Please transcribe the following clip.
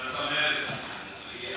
בצמרת, בצמרת.